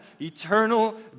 eternal